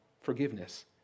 forgiveness